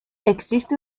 existe